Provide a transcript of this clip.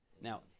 Now